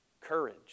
courage